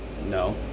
No